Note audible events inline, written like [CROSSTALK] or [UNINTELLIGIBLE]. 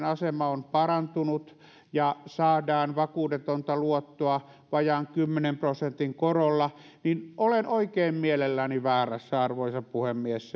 [UNINTELLIGIBLE] asema on parantunut ja saadaan vakuudetonta luottoa vajaan kymmenen prosentin korolla olen oikein mielelläni väärässä arvoisa puhemies [UNINTELLIGIBLE]